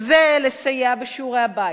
זה לסייע בשיעורי-הבית,